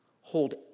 hold